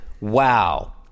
Wow